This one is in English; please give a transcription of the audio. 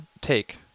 take